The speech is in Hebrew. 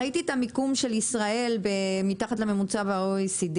ראיתי את המיקום של ישראל מתחת לממוצע ב-OECD